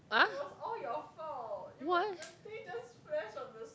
!huh! was